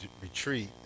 retreat